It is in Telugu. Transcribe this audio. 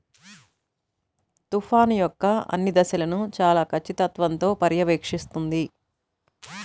తుఫాను యొక్క అన్ని దశలను చాలా ఖచ్చితత్వంతో పర్యవేక్షిస్తుంది